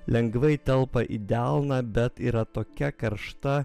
lengvai telpa į delną bet yra tokia karšta